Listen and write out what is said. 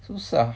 susah